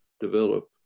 develop